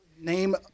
name